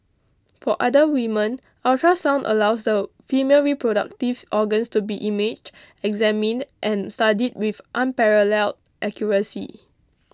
for other women ultrasound allows the female reproductive organs to be imaged examined and studied with unparalleled accuracy